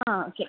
ആ ഓക്കെ